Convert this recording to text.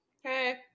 Hey